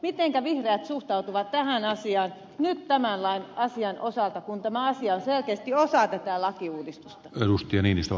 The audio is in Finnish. mitenkä vihreät suhtautuvat tähän asiaan nyt tämän lain osalta kun tämä asia on selkeästi osa tätä lakiuudistusta